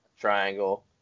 Triangle